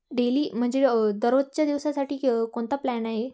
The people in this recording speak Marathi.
डेली म्हणजे दररोजच्या दिवसासाठी के कोणता प्लॅन आहे